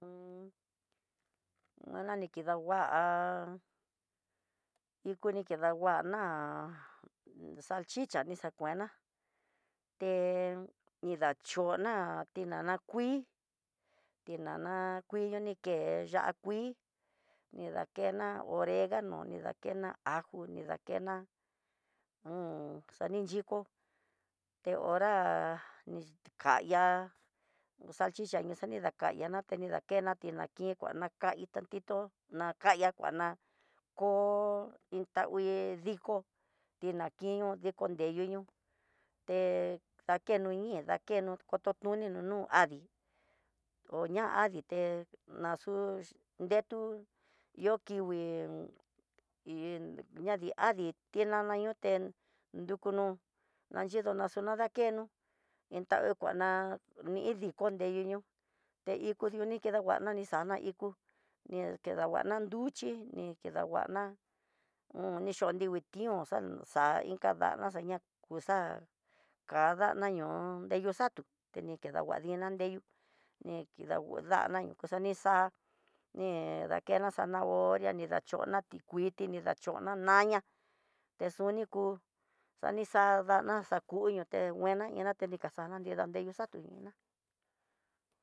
nguala ni kidangua, ikuni ni kida nguana há salchicha nixakuena, hé ni dachona tinana kui ninana kuixo nike ya'á kui ni dakena oregano, ni dakena ajo nidakena xadi yiko te hora ni kaya salchicha nixadayo yaté, ni dakena tinankin kuadakay ta kito nakeya kuana ko iin tangui diko tinankin dii ne yuñio, te dakeno ñí te dakeno koto tu no nu adí, ho ña'a adité naxu ndetu yo kingui iin ya adi adi inana ñoté rukuno nayido naxadakeno iin ta ini kuana na yidi konte yunió ta iko ni kedanguana ni xa iko ni ndanguana duxhi ni kida nguana ni xó nrivii tión noxa inka dana nixaña kuxa kadana ño'o nreyuxatu ta ni nanguadina nreyu nikidada no kuyi xa'á ni dakena zanahoria ni dachona tikuiti ni dachona naña nixuni kú xanixa ndana xakuño te nguena iná tiene caso tana nrida xatu iná.